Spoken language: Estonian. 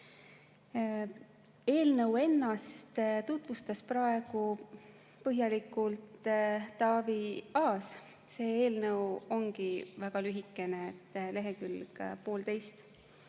Eelnõu ennast tutvustas praegu põhjalikult Taavi Aas. See eelnõu ongi väga lühikene, lehekülg-poolteist.